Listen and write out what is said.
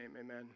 Amen